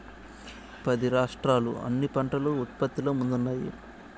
పది రాష్ట్రాలు అన్ని పంటల ఉత్పత్తిలో ముందున్నాయి